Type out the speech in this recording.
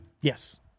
Yes